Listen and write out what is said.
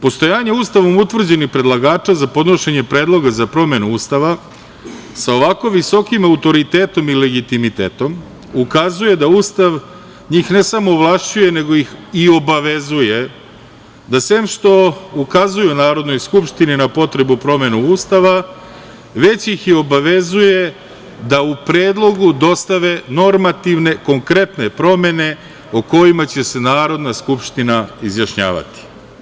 Postojanje Ustava utvrđeni predlagača za podnošenje Predloga za promenu Ustava, sa ovako visokim autoritetom i legitimitetom ukazuje da Ustav njih ne samo ovlašćuje, nego ih i obavezuje da sem što ukazuju Narodnoj skupštini na potrebu promenu Ustava, već ih i obavezuje da u predlogu dostave normativne, konkretne promene o kojima će se Narodna skupština izjašnjavati.